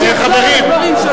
שיחזור על הדברים שלו.